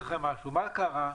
מה קרה.